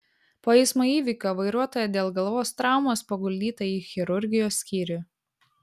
po eismo įvykio vairuotoja dėl galvos traumos paguldyta į chirurgijos skyrių